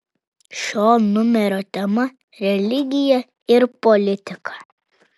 šio numerio tema religija ir politika